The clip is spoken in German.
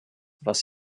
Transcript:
was